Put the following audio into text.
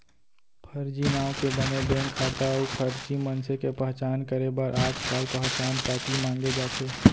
फरजी नांव के बने बेंक खाता अउ फरजी मनसे के पहचान करे बर आजकाल पहचान पाती मांगे जाथे